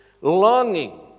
longing